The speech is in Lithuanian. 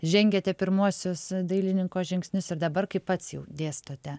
žengėte pirmuosius dailininko žingsnius ir dabar kai pats jau dėstote